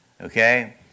Okay